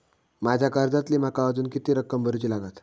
माझ्या कर्जातली माका अजून किती रक्कम भरुची लागात?